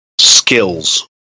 skills